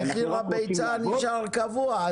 ומחיר הביצה נשאר קבוע,